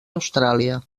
austràlia